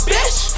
Bitch